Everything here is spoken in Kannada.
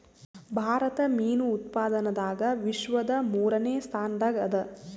ಭಾರತ ಮೀನು ಉತ್ಪಾದನದಾಗ ವಿಶ್ವದ ಮೂರನೇ ಸ್ಥಾನದಾಗ ಅದ